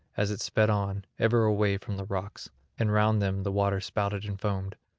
as it sped on ever away from the rocks and round them the water spouted and foamed.